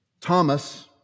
Thomas